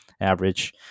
average